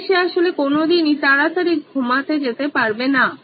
তাই সে আসলে কোনদিনই তাড়াতাড়ি ঘুমাতে যেতে পারবে না